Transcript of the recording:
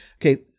okay